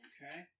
Okay